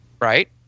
right